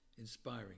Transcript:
inspiring